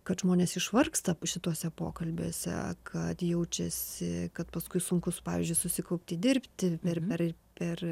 kad žmonės išvargsta šituose pokalbiuose kad jaučiasi kad paskui sunku pavyzdžiui susikaupti dirbti ir per per